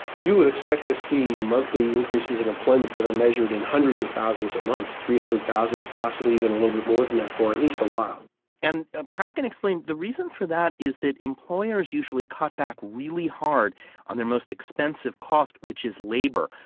you would expect to see monthly increases in employment that are measured in hundreds of thousands a month three hundred thousand, possibly even a little bit more than that, for at least a while and ah prakken explained the reason for that is employers usually cut back really hard on their most expensive cost, which is labor,